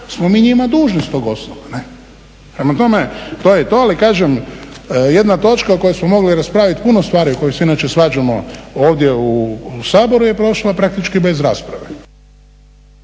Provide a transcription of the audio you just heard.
smo mi njima dužni s tog osnova. Prema tome, to je to. Ali kažem jedna točka o kojoj smo mogli raspraviti puno stvari oko kojih se inače svađamo ovdje u Saboru je prošla praktički bez rasprave.